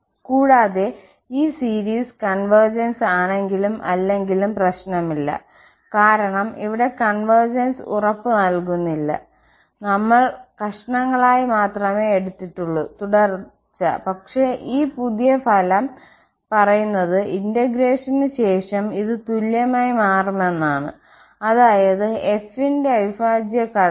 കൂടാതെ ഈ series convergence ആണെങ്കിലും ഇല്ലെങ്കിലും പ്രശനം ഇല്ല കാരണം ഇവിടെ കോൺവെർജിൻസ് ഉറപ്പുനൽകുന്നില്ല നമ്മൾ കഷണങ്ങളായി മാത്രമേ എടുത്തിട്ടുള്ളൂ തുടർച്ച പക്ഷേ ഈ പുതിയ ഫലം പറയുന്നത് ഇന്റഗ്രേഷൻ ശേഷം ഇത് തുല്യമായി മാറുമെന്നാണ് അതായത് f ന്റെ അവിഭാജ്യഘടകം